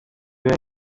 wine